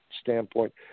Standpoint